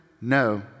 no